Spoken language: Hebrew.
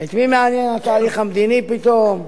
את מי מעניין התהליך המדיני פתאום,